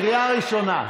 קריאה ראשונה.